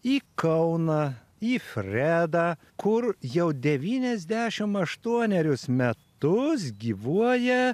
į kauną į fredą kur jau devyniasdešimt aštuonerius metus gyvuoja